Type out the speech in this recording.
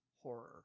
horror